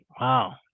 Wow